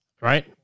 Right